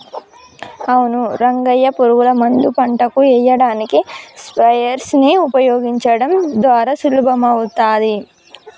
అవును రంగయ్య పురుగుల మందు పంటకు ఎయ్యడానికి స్ప్రయెర్స్ నీ ఉపయోగించడం ద్వారా సులభమవుతాది